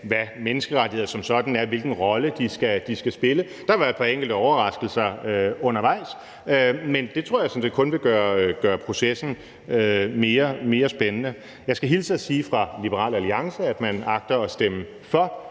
hvad menneskerettigheder som sådan er, altså hvilken rolle de skal spille. Der har været et par enkelte overraskelser undervejs, men det tror jeg sådan set kun vil gøre processen mere spændende. Jeg skal hilse og sige fra Liberal Alliance, at man agter at stemme for